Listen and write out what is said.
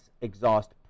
exhaust